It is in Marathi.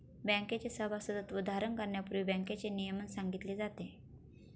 बँकेचे सभासदत्व धारण करण्यापूर्वी बँकेचे नियमन सांगितले जाते